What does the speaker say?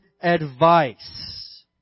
advice